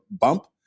bump